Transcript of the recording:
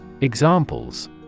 Examples